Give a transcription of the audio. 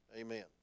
Amen